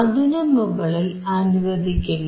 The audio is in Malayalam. അതിനു മുകളിൽ അനുവദിക്കില്ല